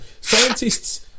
Scientists